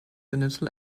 initial